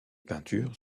peintures